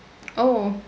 oh